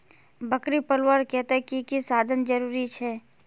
बकरी पलवार केते की की साधन जरूरी छे?